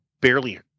barely